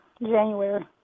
January